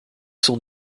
sont